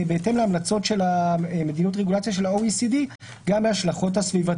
לפי המלצות מדיניות הרגולציה של ה-OECD להוסיף כפי